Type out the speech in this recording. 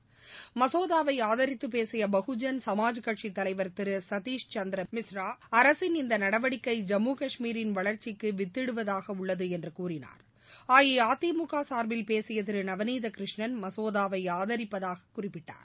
ம்சோதாவை ஆதித்து பேசிய பகுஜன் சமாஜ் கட்சித் தலைவர் திரு சத்திஷ் சந்திர மிஸ்ரா அரசின் இந்த நடவடிக்கை ஜம்மு கஷ்மீரின் வளர்ச்சிக்கு வித்திடுவதாக உள்ளது என்று கூறினார்அஇஅதிமுக சார்பில் பேசிய திரு நவநீதகிருஷ்ணன் மசோதாவை ஆதரிப்பதாகக் குறிப்பிட்டார்